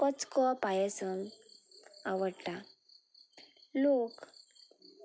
पचको पायसम आवडटा लोक